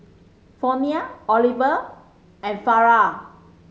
Fronia Oliver and Farrah